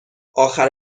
آخر